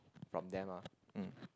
from them ah mm